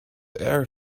air